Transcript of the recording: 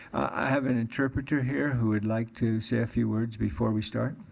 i have an interpreter here who would like to say a few words before we start.